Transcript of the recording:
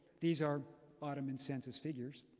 these are ottoman census figures.